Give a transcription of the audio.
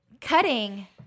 Cutting